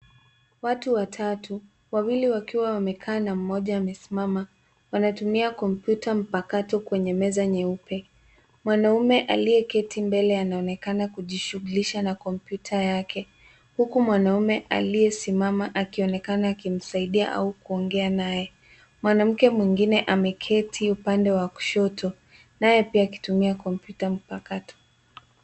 Watu watatu wawili wakiwa wamekaa na mmoja amesimama, wanatumia kompyuta mpakato kwenye meza nyeupe Mwanaume aliyeketi mbele anaonekana kujishughulisha na kompyuta yake huku mwanaume aliyesimama akionekana akimsaidia na kuongea naye. Mwanamke mwingine ameketi upande wa kushoto, naye pia akitumia kompyuta mpakato.